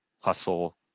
hustle